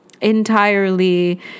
entirely